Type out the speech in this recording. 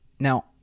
Now